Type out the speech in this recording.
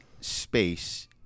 space